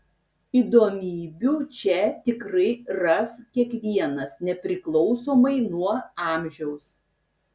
įdomybių čia tikrai ras kiekvienas nepriklausomai nuo amžiaus